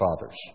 fathers